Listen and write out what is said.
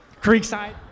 Creekside